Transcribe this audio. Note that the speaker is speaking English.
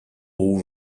all